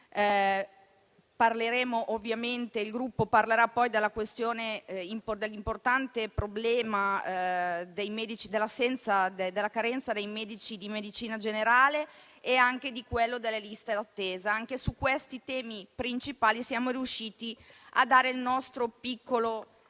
Il Gruppo parlerà poi dell'importante problema della carenza dei medici di medicina generale e anche di quello delle liste d'attesa. Anche su questi temi principali siamo riusciti a dare il nostro piccolo contributo.